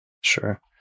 Sure